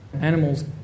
animals